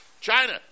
China